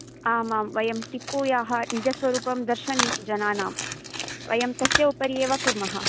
आम् आम् वयं टिपूयाः निजस्वरूपं दर्शनीयं जनानां वयं तस्य उपरि एव कुर्मः